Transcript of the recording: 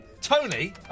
Tony